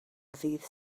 ddydd